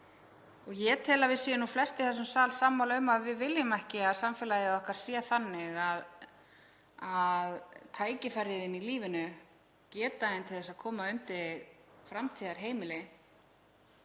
Ég tel að við séum nú flest í þessum sal sammála um að við viljum ekki að samfélagið okkar sé þannig að tækifæri þín í lífinu og geta þín til þess að koma þér upp framtíðarheimili